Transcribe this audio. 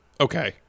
Okay